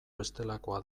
bestelakoa